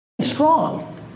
strong